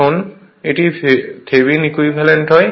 এখন এটি Thevenin equivalent হয়